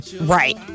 Right